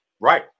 Right